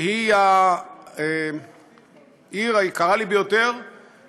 שהיא העיר היקרה לי ביותר,